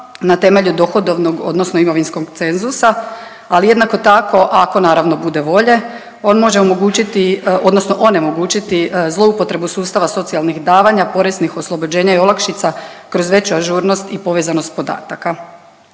na temelju dohodovnog odnosno imovinskog cenzusa, ali jednako tako ako naravno bude volje on može omogućiti odnosno onemogućiti zloupotrebu sustava socijalnih davanja, poreznih oslobođenja i olakšica kroz veću ažurnost i povezanost podataka.